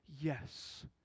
yes